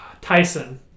Tyson